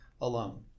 alone